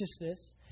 righteousness